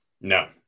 No